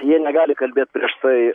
jie negali kalbėt prieš tai